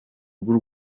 rw’u